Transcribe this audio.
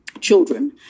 children